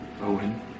Owen